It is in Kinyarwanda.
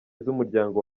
z’umuryango